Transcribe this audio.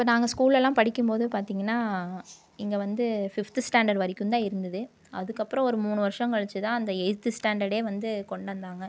இப்போ நாங்கள் ஸ்கூல் எல்லாம் படிக்கும் போது பார்த்தீங்கன்னா இங்கே வந்து ஃபிஃப்த்து ஸ்டாண்டர்ட் வரைக்கும் தான் இருந்தது அதுக்கப்புறம் ஒரு மூணு வருடம் கழித்து தான் அந்த எயித்து ஸ்டாண்டர்டு வந்து கொண்டு வந்தாங்க